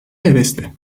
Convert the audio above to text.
hevesli